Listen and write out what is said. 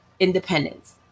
Independence